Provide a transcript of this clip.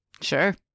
Sure